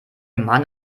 mann